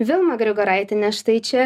vilma grigoraitiene štai čia